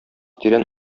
тирән